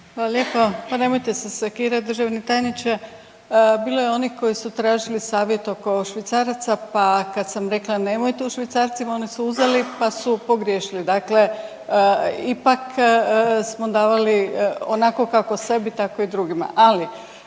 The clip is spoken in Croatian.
Hvala lijepo. Pa nemojte se sekirat državni tajniče, bilo je onih koji su tražili savjet oko švicaraca, pa kad sam rekla nemojte u švicarcima oni su uzeli, pa su pogriješili, dakle ipak smo davali onako kako sebi tako i drugima.